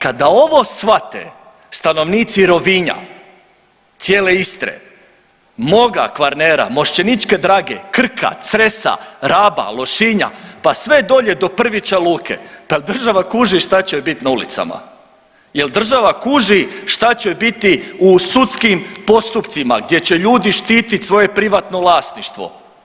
Kada ovo shvate stanovnici Rovinja, cijele Istre moga Kvarnera, Mošćeničke Drage, Krka, Cresa, Raba, Lošinja, pa sve dolje do Prvića Luke, pa jel država kuži šta će joj bit na ulicama, jel država kuži šta će joj biti u sudskim postupcima gdje će ljudi štit svoje privatno vlasništvo?